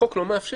החוק לא מאפשר.